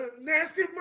nasty